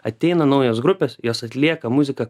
ateina naujos grupės jos atlieka muziką